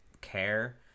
care